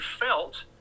felt